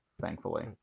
thankfully